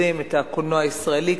לקדם את הקולנוע הישראלי,